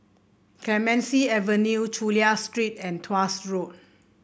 Clemenceau Avenue Chulia Street and Tuas Road